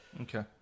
Okay